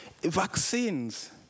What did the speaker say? vaccines